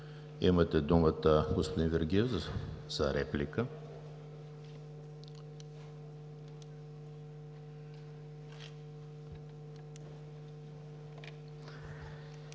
Имате думата, господин Вергиев, за реплика.